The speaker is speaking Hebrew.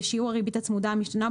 בשיעור הריבית הצמודה המשתנה,